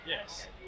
Yes